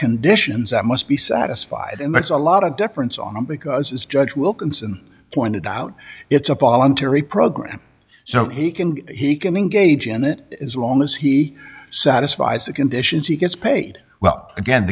conditions that must be satisfied and that's a lot of difference on him because as judge wilkinson pointed out it's a voluntary program so he can he can engage in it as long as he satisfies the conditions he gets paid well again